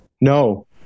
no